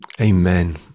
Amen